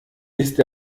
ist